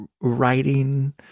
writing